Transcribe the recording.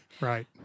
Right